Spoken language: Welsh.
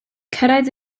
cyrraedd